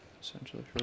essentially